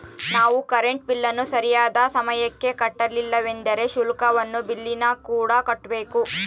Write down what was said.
ನಾವು ಕರೆಂಟ್ ಬಿಲ್ಲನ್ನು ಸರಿಯಾದ ಸಮಯಕ್ಕೆ ಕಟ್ಟಲಿಲ್ಲವೆಂದರೆ ಶುಲ್ಕವನ್ನು ಬಿಲ್ಲಿನಕೂಡ ಕಟ್ಟಬೇಕು